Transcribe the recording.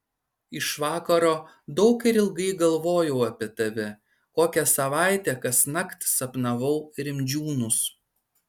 iš vakaro daug ir ilgai galvojau apie tave kokią savaitę kasnakt sapnavau rimdžiūnus